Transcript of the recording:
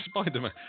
Spider-Man